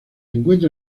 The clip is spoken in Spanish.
encuentra